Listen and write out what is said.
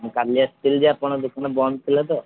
ମୁଁ କାଲି ଆସିଥିଲି ଯେ ଆପଣଙ୍କ ଦୋକାନ ବନ୍ଦ ଥିଲା ତ